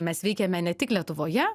mes veikiame ne tik lietuvoje